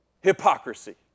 hypocrisy